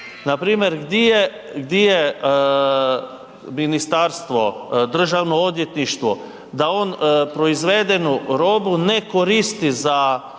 gdi je, gdi je ministarstvo, državno odvjetništvo, da on proizvedenu robu ne koristi za